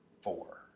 Four